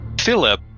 Philip